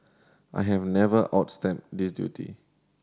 I have never out step this duty